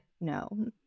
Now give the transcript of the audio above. no